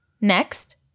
next